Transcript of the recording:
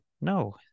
no